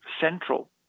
central